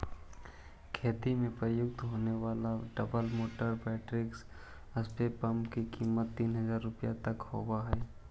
खेती में प्रयुक्त होने वाले double motor battery spray pump की कीमत तीन हज़ार रुपया तक होवअ हई